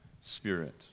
spirit